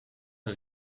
een